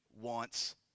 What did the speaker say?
wants